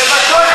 בבקשה.